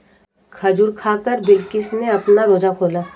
खजूर खाकर बिलकिश ने अपना रोजा खोला